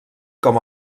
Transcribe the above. com